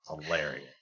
Hilarious